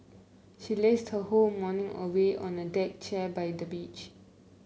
she lazed her whole morning away on a deck chair by the beach